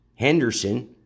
Henderson